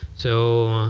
so